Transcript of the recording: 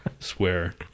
Swear